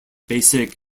basic